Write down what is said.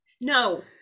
No